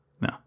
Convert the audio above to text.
No